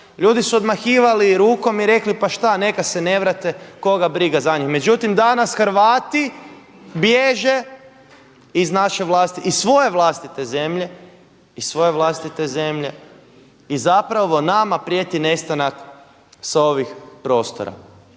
ljudi su odmahivali rukom i rekli pa šta, neka se ne vrate, koga briga za njih. Međutim, danas Hrvati bježe iz naše vlastite, iz svoje vlastite zemlje i zapravo nama prijeti nestanak sa ovih prostora.